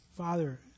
Father